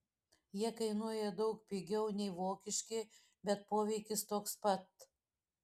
jie kainuoja daug pigiau nei vokiški bet poveikis toks pat